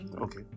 Okay